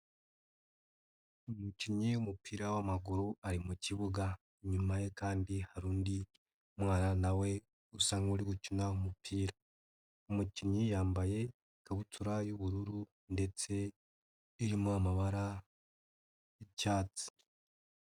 Umukinnyi w'umupira w'amaguru ari mu kibuga, inyuma ye kandi hari undi mwana na we usa n'uri gukina umupira, umukinnyi yambaye ikabutura y'ubururu ndetse irimo amabara y'icyatsi.